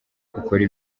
ukore